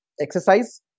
exercise